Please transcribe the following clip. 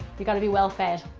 you gotta be well fed.